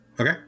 Okay